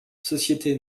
société